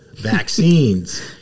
vaccines